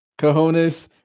Cojones